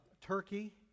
turkey